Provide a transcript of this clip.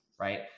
right